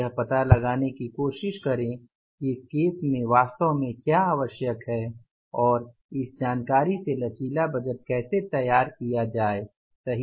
यह पता लगाने की कोशिश करें कि इस केस में वास्तव में क्या आवश्यक है और इस जानकारी से लचीला बजट कैसे तैयार किया जाए सही